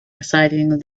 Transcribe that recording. exciting